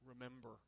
remember